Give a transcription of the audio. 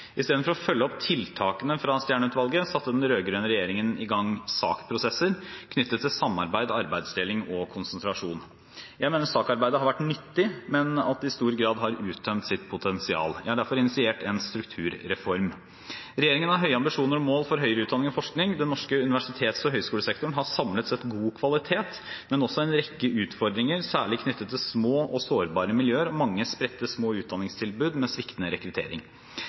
Istedenfor å følge opp tiltakene fra Stjernø-utvalget satte den rød-grønne regjeringen i gang SAK-prosesser knyttet til samarbeid, arbeidsdeling og konsentrasjon. Jeg mener SAK-arbeidet har vært nyttig, men at det i stor grad har uttømt sitt potensial. Jeg har derfor initiert en strukturreform. Regjeringen har høye ambisjoner og mål for høyere utdanning og forskning. Den norske universitets- og høyskolesektoren har samlet sett god kvalitet, men også en rekke utfordringer, særlig knyttet til små og sårbare miljøer og mange spredte, små utdanningstilbud med sviktende rekruttering.